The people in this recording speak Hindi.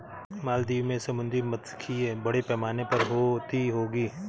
मालदीव में समुद्री मात्स्यिकी बड़े पैमाने पर होती होगी